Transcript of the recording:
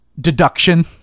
deduction